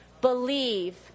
believe